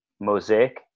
mosaic